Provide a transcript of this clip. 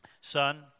Son